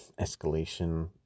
escalation